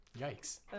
Yikes